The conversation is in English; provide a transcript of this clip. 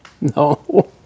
No